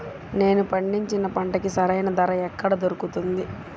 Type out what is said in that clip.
నేను పండించిన పంటకి సరైన ధర ఎక్కడ దొరుకుతుంది?